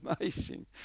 amazing